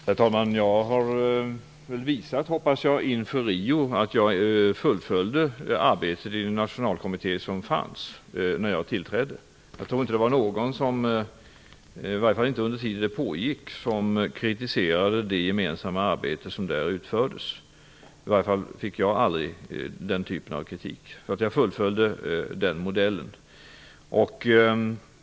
Herr talman! Jag hoppas att jag har visat att jag inför Rio fullföljde arbetet i den nationalkommitté som fanns när jag tillträdde. Jag tror inte att det var någon, i varje fall inte under tiden arbetet pågick, som kritiserade det gemensamma arbete som utfördes där. I varje fall fick jag aldrig den typen av kritik. Jag fullföljde den modellen.